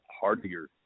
hardier